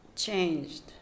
Changed